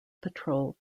patrol